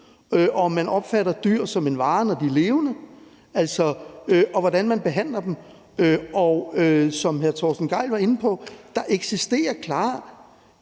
om man opfatter dyr som en vare, når de er levende, og hvordan man behandler dem. Som hr. Torsten Gejl var inde på, eksisterer der